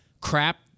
crap